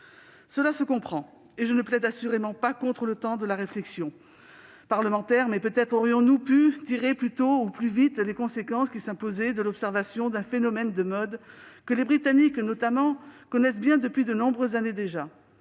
Cela se comprend, et je ne plaide assurément pas contre le temps de la réflexion parlementaire ; mais peut-être aurions-nous pu tirer plus tôt ou plus vite les conséquences qui s'imposaient de l'observation d'un phénomène de mode que les Britanniques, notamment, connaissent bien depuis de nombreuses années déjà.